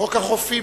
חוק החופים,